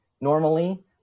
normally